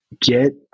Get